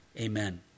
Amen